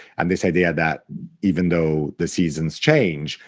and this idea that even though the seasons change,